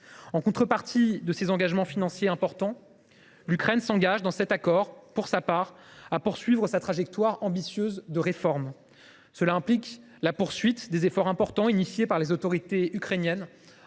En contrepartie de ces engagements financiers importants, l’Ukraine s’engage pour sa part à poursuivre sa trajectoire ambitieuse de réformes. Cela implique la poursuite des efforts importants engagés par les autorités ukrainiennes